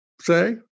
say